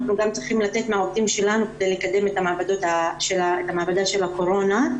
אנחנו גם צריכים לתת מהעובדים שלנו כדי לקדם את המעבדה של הקורונה.